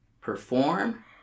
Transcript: perform